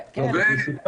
הניסוח